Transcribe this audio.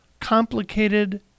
Complicated